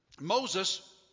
Moses